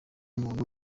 umuntu